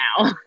now